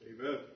Amen